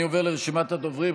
אני עובר לרשימת הדוברים.